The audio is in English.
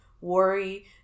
worry